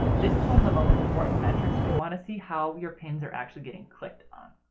this is one of the most important metrics. you want to see how your pins are actually getting clicked on.